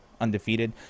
undefeated